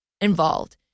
involved